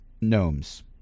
gnomes